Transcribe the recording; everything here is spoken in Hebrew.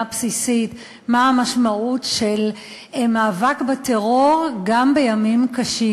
בסיסית מה המשמעות של מאבק בטרור גם בימים קשים.